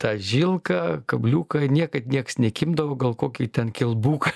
tą žilką kabliuką niekad nieks nekibdavo gal kokį ten kilbuką